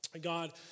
God